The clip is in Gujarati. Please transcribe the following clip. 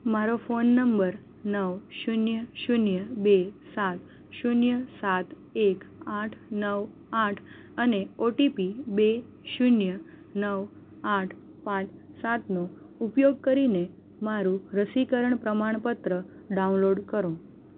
મારો ફોન નંબર નવ શૂન્ય શૂન્ય બે સાત શૂન્ય સાત એક આઠ નવ આઠ અને ઓટીપી બે શૂન્ય નવ આઠ પાંચ સાતનો ઉપયોગ કરીને મારું રસીકરણ પ્રમાણપત્ર ડાઉનલોડ કરો